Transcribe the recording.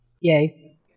Yay